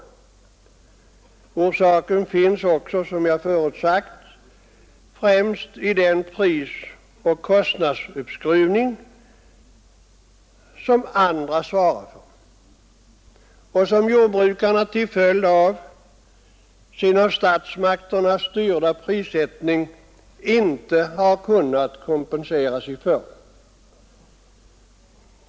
Den främsta orsaken är också, som jag förut sagt, den prisoch kostnadsuppskruvning som andra svarar för och som jordbrukarna till följd av sin av statsmakterna styrda prissättning inte har kunnat kompensera sig för.